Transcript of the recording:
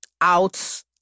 out